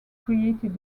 created